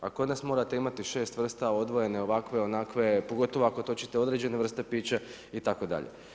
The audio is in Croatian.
A kod nas morate imati šest vrsta, odvojene, ovakve, onakve, pogotovo ako točite određene vrste pića itd.